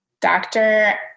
doctor